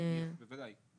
כן, בוודאי.